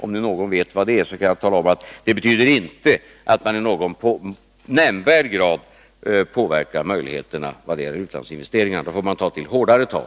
Om nu någon inte vet vad det är, kan jag tala om att det inte betyder att man i någon nämnvärd grad påverkar möjligheterna när det gäller utlandsinvesteringarna. I så fall får man ta till hårdare tag.